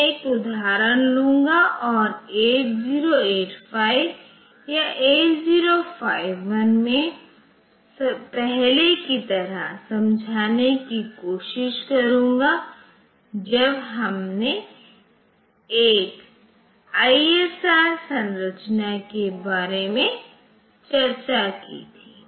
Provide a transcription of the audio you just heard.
मैं एक उदाहरण लूंगा और 8085 या 8051 में पहले की तरह समझाने की कोशिश करूंगा जब हमने एक आईएसआर संरचना के बारे में चर्चा की थी